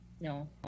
No